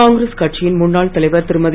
காங்கிரஸ் கட்சியின் முன்னாள் தலைவர் திருமதி